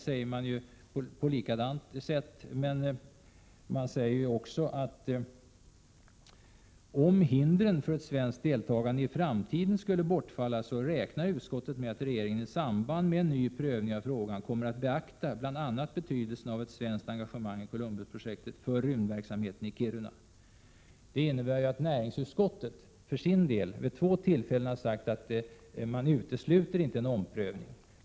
Men i maj har man därutöver uttalat: Om hindren för ett svenskt deltagande i framtiden skulle bortfalla räknar utskottet med att regeringen i samband med en ny prövning av frågan kommer att beakta bl.a. betydelsen av ett svenskt engagemang i Columbusprojektet för rymdverksamheten i Kiruna. Det innebär att näringsutskottet för sin del vid två tillfällen uttalat att man inte utesluter en omprövning.